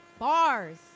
Bars